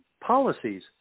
policies